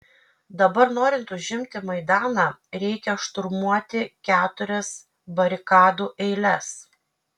dabar norint užimti maidaną reikia šturmuoti keturias barikadų eiles